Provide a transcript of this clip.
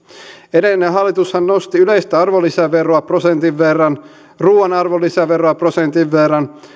edellinen hallitushan nosti yleistä arvonlisäveroa prosentin verran ruoan arvonlisäveroa prosentin verran